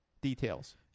details